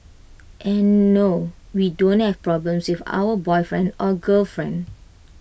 and no we don't have problems with our boyfriend or girlfriend